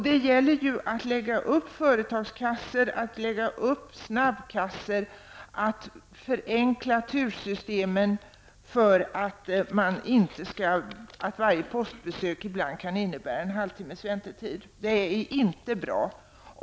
Då skulle man kunna öppna företagskassor, snabbkassor och förenkla tursystemen för att inte varje postbesök skall behöva innebära en halvtimmas väntetid. Det är inte bra.